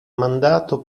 mandato